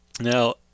Now